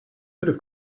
have